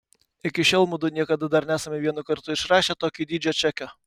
iki šiol mudu niekada dar nesame vienu kartu išrašę tokio dydžio čekio